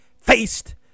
faced